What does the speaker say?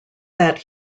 that